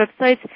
websites